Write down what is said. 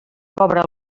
cobra